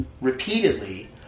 repeatedly